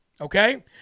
Okay